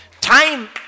Time